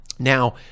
Now